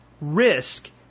risk